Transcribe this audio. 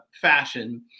fashion